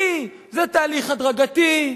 כי זה תהליך הדרגתי,